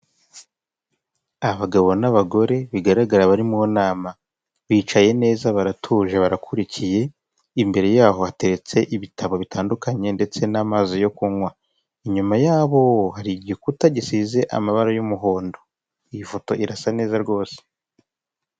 Hano ndahabona imihanda ibiri ibangikanye ya kaburimbo, harimo ibinyabiziga bike bigizwe na moto n'imodoka. Nanone kandi hagati harimo imirongo, y'abanyamaguru bambukiraho twita zebura korosingi.